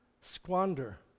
squander